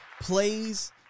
plays